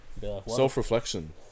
Self-reflection